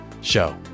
show